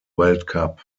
weltcup